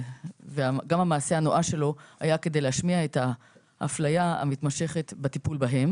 וגם המעשה הנואש שלו היה כדי להשמיע את ההפליה המתמשכת בטיפול בהם